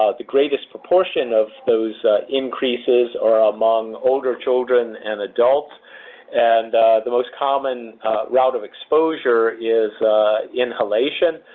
ah the greatest proportion of those increases are among older children and adults and the most common route of exposure is inhalation.